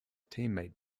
teammate